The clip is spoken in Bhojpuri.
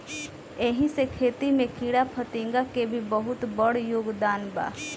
एही से खेती में कीड़ाफतिंगा के भी बहुत बड़ योगदान बा